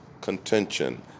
contention